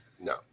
No